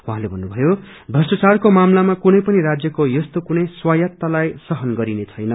उहाँले भन्नुभयो भ्रष्ट्राचारको मामलामा कुनै पनि राजयको यस्तो कुनै स्वायत्तालाई सहन गरिने छैन